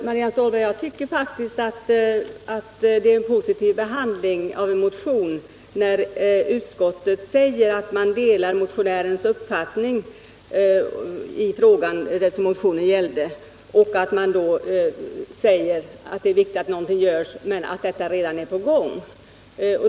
Herr talman! Jag tycker faktiskt, Marianne Stålberg, att det är en positiv behandling av en motion när utskottet skriver att man delar motionärens uppfattning i den frågan motionen gäller och att det är viktigt att någonting görs men att detta redan är på gång.